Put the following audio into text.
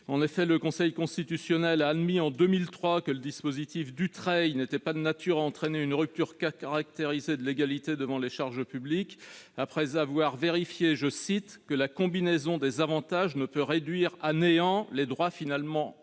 En effet, si celui-ci a admis, en 2003, que le dispositif Dutreil n'était pas de nature à entraîner une rupture caractérisée de l'égalité devant les charges publiques, c'était après avoir vérifié que « la combinaison des avantages ne peut réduire à néant les droits finalement acquittés